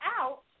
out